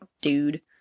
dude